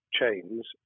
chains